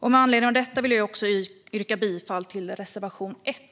Med anledning av detta yrkar jag bifall till reservation 1.